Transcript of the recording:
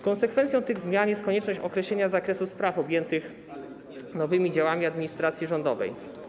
Konsekwencją tych zmian jest konieczność określenia zakresu spraw objętych nowymi działami administracji rządowej.